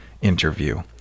interview